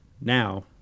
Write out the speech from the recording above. now